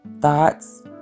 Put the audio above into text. thoughts